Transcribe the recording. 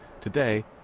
Today